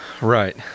right